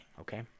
okay